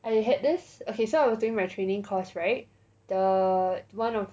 I had this okay so I was doing my training course [right] the one of